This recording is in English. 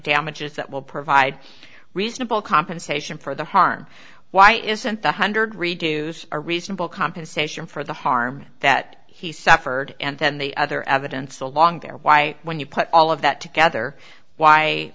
damages that will provide reasonable compensation for the harm why isn't the hundred redos a reasonable compensation for the harm that he suffered and then the other evidence along there why when you put all of that together why